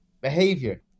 behavior